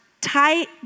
tight